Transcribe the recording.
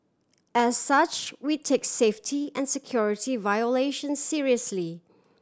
as such we take safety and security violation seriously